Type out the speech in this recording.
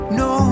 no